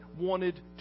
wanted